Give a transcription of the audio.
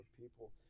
people